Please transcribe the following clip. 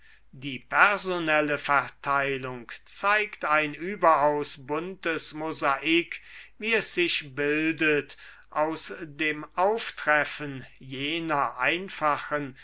die personelle verteilung zeigt ein überaus buntes mosaik wie es sich bildet aus dem auftreffen jener einfachen